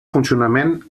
funcionament